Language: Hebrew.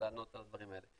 לענות על הדברים האלה.